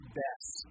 best